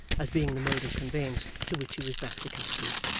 as being the mode of conveyance to which he was best accustomed.